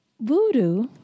Voodoo